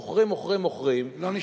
מוכרים, מוכרים, מוכרים, לא נשאר.